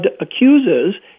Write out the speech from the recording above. accuses